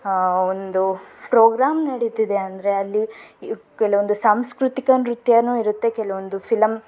ಒಂದು ಪ್ರೋಗ್ರಾಮ್ ನಡೀತಿದೆ ಅಂದರೆ ಅಲ್ಲಿ ಕೆಲವೊಂದು ಸಾಂಸ್ಕೃತಿಕ ನೃತ್ಯವೂ ಇರುತ್ತೆ ಕೆಲವೊಂದು ಫಿಲಂ